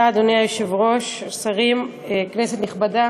אדוני היושב-ראש, תודה, שרים, כנסת נכבדה,